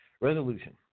resolution